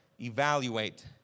evaluate